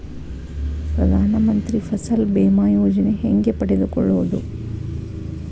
ಪ್ರಧಾನ ಮಂತ್ರಿ ಫಸಲ್ ಭೇಮಾ ಯೋಜನೆ ಹೆಂಗೆ ಪಡೆದುಕೊಳ್ಳುವುದು?